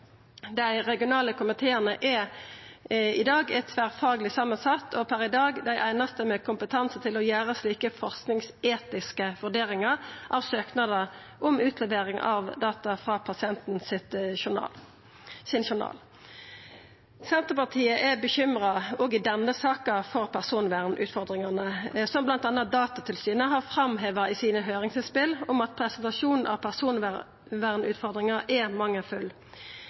dei regionale komiteane i dag er tverrfagleg samansette og per i dag dei einaste med kompetanse til å gjera slike forskingsetiske vurderingar av søknader om utlevering av data frå pasientens journal. Senterpartiet er bekymra òg i denne saka for personvernutfordringane, som bl.a. Datatilsynet har framheva i sine høyringsinnspel om at presentasjonen av personvernutfordringane er